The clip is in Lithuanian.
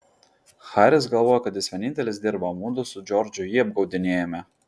haris galvojo kad jis vienintelis dirba o mudu su džordžu jį apgaudinėjame